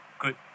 good